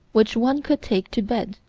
which one could take to bed,